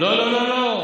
לא, לא.